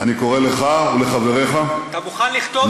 אני קורא לך ולחבריך, אתה מוכן לכתוב את זה?